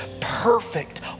perfect